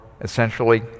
essentially